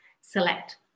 select